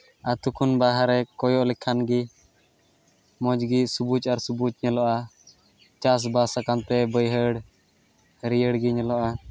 ᱟᱛᱳ ᱠᱷᱚᱱ ᱵᱟᱦᱨᱮ ᱠᱚᱭᱚᱜ ᱞᱮᱠᱷᱟᱱ ᱜᱮ ᱢᱚᱡᱽ ᱜᱮ ᱥᱚᱵᱩᱡᱽ ᱟᱨ ᱥᱚᱵᱩᱡᱽ ᱧᱮᱞᱚᱜᱼᱟ ᱪᱟᱥᱵᱟᱥᱟᱠᱟᱱ ᱛᱮ ᱵᱟᱹᱭᱦᱟᱹᱲ ᱦᱟᱹᱨᱭᱟᱹᱲ ᱜᱮ ᱧᱮᱞᱚᱜᱼᱟ